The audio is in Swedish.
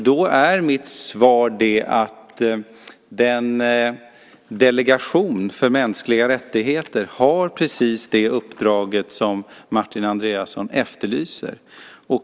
Då är mitt svar att Delegationen för mänskliga rättigheter har precis det uppdrag som Martin Andreasson efterlyser.